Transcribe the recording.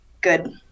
good